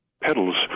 pedals